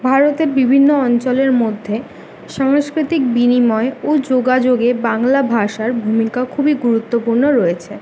ভারতে বিভিন্ন অঞ্চলের মধ্যে সাংস্কৃতিক বিনিময় ও যোগাযোগে বাংলা ভাষার ভূমিকা খুবই গুরুত্বপূর্ণ রয়েছে